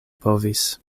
povis